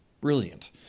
Brilliant